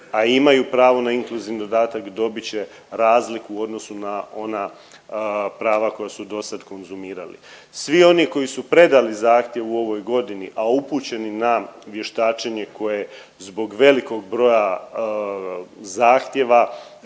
a imaju pravo na inkluzivni dodatak dobit će razliku u odnosu na ona prava koja su dosad konzumirali. Svi oni koji su predali zahtjev u ovoj godini, a upućeni na vještačenje koje zbog velikog broja zahtjeva